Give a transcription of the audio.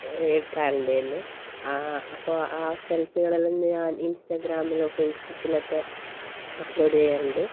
എടുക്കാറുണ്ടായിരുന്നു ആ അപ്പോൾ ആ സെൽഫികളെല്ലാം ഞാൻ ഇൻസ്റ്റഗ്രാമിലോ ഫേസ്ബുക്കിലും ഒക്കെ അപ്ലോഡ് ചെയ്യാറുണ്ട്